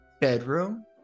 bedroom